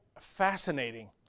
fascinating